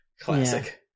classic